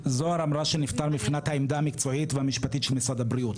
זהר אמרה שנפתר מבחינת העמדה המקצועית והמשפטית של משרד הבריאות.